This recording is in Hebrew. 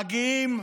מגיעים,